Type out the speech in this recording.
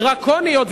דרקוניות.